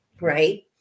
right